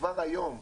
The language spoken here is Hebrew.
כבר היום,